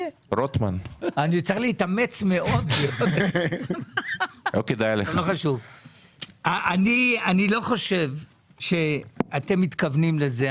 אני לא חושב שאתם מתכוונים לזה,